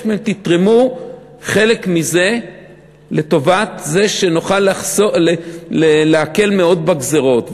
מהם: תתרמו חלק מזה כדי שנוכל להקל מאוד בגזירות.